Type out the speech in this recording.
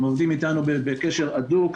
הם עובדים אתנו בקשר הדוק,